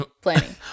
Planning